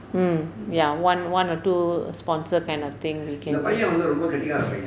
mm ya one one or two sponsor kind of thing we can